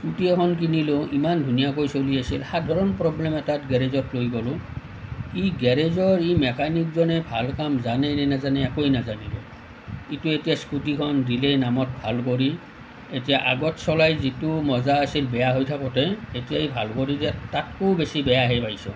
scooty এখন কিনিলোঁ ইমান ধুনীয়াকৈ চলি আছিল সাধাৰণ প্ৰব্লেম এটাত গেৰেজত লৈ গ'লো ই গেৰেজৰ ই মেকানিকজনে ভাল কাম জানে নে নেজানে একোৱেই নেজানিলোঁ সিটো এতিয়া স্কুটিখন দিলে নামত ভাল কৰি এতিয়া আগত চলাই যিটো মজা আছিল বেয়া হৈ থাকোতে এতিয়া ভাল কৰি দিয়াত তাতকৈয়ো বেছি বেয়াহে পাইছোঁ